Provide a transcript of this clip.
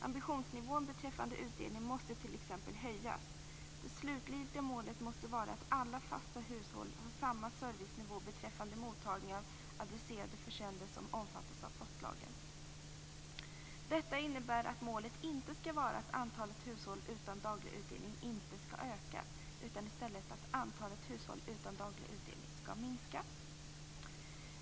Ambitionsnivån beträffande utdelningen måste t.ex. höjas. Det slutgiltiga målet måste vara att alla fasta hushåll har samma servicenivå beträffande mottagning av adresserade försändelser som omfattas av postlagen. Detta innebär att målet inte skall vara att antalet hushåll utan daglig utdelning inte skall öka, utan att antalet hushåll utan daglig utdelning skall minska.